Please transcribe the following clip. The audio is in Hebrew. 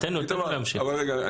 תן לו להמשיך.